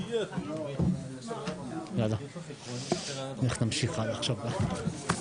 בפעם אחת על כולם?